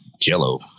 jello